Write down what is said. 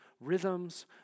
rhythms